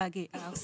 התאגיד, המפעיל,